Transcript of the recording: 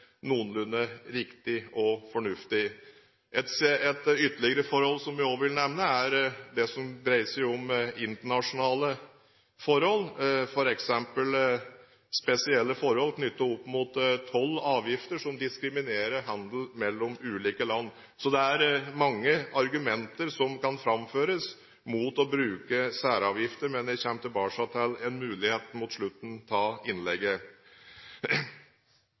noenlunde riktig og fornuftig. Et ytterligere forhold som jeg også vil nevne, er det som dreier seg om internasjonale forhold, f.eks. spesielle forhold knyttet opp mot toll og avgifter, som diskriminerer handel mellom ulike land. Så det er mange argumenter som kan framføres mot å bruke særavgifter, men jeg kommer tilbake til en mulighet mot slutten av innlegget.